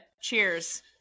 Cheers